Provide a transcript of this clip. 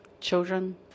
children